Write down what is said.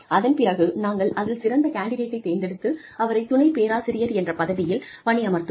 அதன் பிறகு நாங்கள் அதில் சிறந்த கேண்டிடேட்டை தேர்ந்தெடுத்து அவரை துணைப் பேராசிரியர் என்ற பதவியில் பணியமர்த்துவோம்